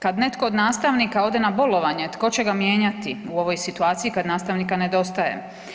Kad netko od nastavnika ode na bolovanje tko će ga mijenjati u ovoj situaciji kad nastavnika nedostaje?